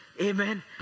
Amen